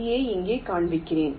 ஜியை இங்கே காண்பிக்கிறேன்